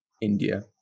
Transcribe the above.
India